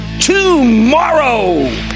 tomorrow